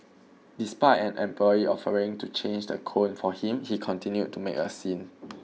despite an employee offering to change the cone for him he continued to make a scene